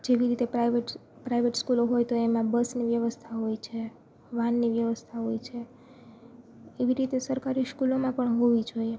જેવી રીતે private private સ્કૂલો હોય તો એમાં બસની વ્યવસ્થા હોય છે વાનની વ્યવસ્થા હોય છે એવી રીતે સરકારી સ્કૂલોમાં પણ હોવી જોઈએ